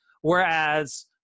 Whereas